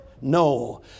No